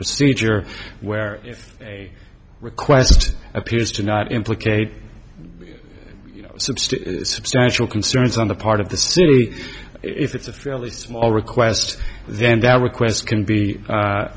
procedure where if a request appears to not implicate substance substantial concerns on the part of the city if it's a fairly small request